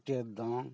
ᱪᱷᱟᱹᱴᱭᱟᱨ ᱫᱚᱝ